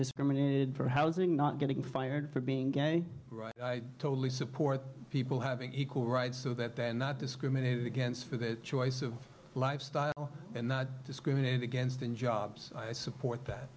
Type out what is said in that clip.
discriminated for housing not getting fired for being totally support people having equal rights so that they're not discriminated against for the choice of lifestyle and not discriminated against in jobs i support that